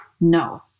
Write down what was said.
No